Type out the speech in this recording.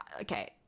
okay